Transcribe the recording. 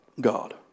God